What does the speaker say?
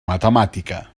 matemàtica